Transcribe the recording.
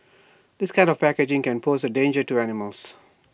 this kind of packaging can pose A danger to animals